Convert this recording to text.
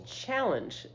challenge